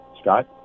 Scott